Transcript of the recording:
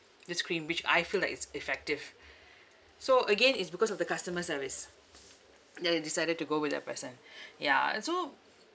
this cream which I feel that is effective so again it's because of the customer service then I decided to go with that person ya and so